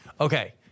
okay